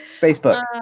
Facebook